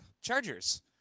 chargers